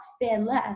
fearless